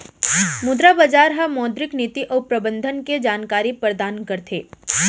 मुद्रा बजार ह मौद्रिक नीति अउ प्रबंधन के जानकारी परदान करथे